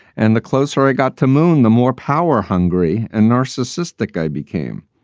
and the closer i got to moon, the more power hungry and narcissistic i became,